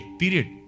period